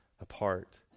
Apart